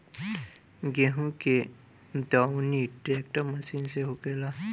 गेहूं के दउरी ट्रेक्टर मशीन से होखेला